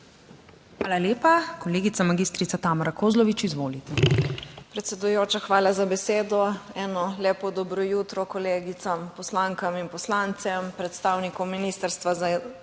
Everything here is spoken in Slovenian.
Hvala lepa. Kolegica magistrica Tamara Kozlovič, izvolite.